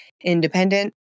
independent